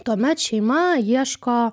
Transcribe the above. tuomet šeima ieško